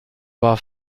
war